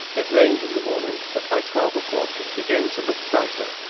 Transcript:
it rained in the morning, but by twelve o'clock it began to look brighter.